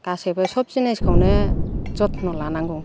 गासिबो सब जिनिसखौनो जथ्न' लानांगौ